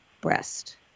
breast